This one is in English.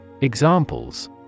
Examples